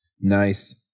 Nice